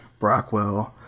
Brockwell